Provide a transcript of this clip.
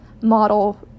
model